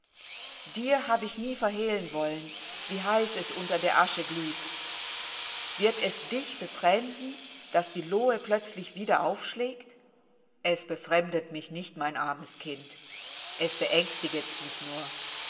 dir hab ich nie verhehlen wollen wie heiß es unter der asche glüht wird es dich befremden daß die lohe plötzlich wieder aufschlägt es befremdet mich nicht mein armes kind es beängstiget mich nur